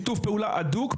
יש שיתוף פעולה הדוק,